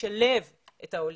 לשלב את העולים,